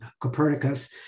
Copernicus